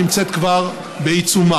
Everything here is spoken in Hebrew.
הנמצאת כבר בעיצומה.